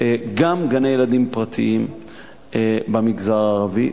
גם גני-ילדים פרטיים במגזר הערבי,